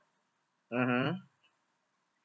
mmhmm